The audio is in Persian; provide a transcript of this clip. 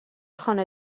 خانه